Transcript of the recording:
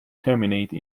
terminate